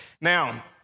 Now